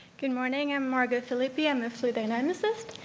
good morning, i'm margot phillippy, i'm a fluid dynamicist,